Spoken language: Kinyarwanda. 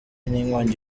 n’inkongi